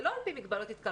זה לא על פי מגבלת התקהלות.